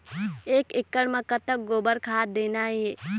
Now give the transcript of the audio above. एक एकड़ म कतक गोबर खाद देना ये?